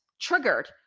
triggered